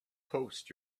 post